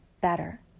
better